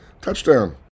touchdown